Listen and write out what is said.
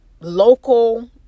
local